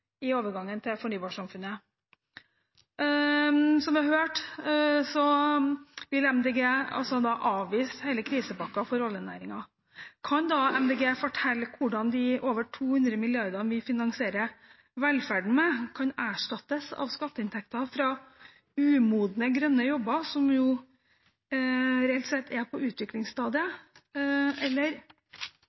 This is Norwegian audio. i overgangen til fornybarsamfunnet. Som vi hørte, vil MDG avvise hele krisepakken for oljenæringen. Kan da MDG fortelle hvordan de over 200 mrd. kr vi finansierer velferden med, kan erstattes av skatteinntektene fra umodne grønne jobber, som reelt sett er på